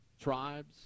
tribes